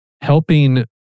helping